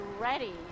ready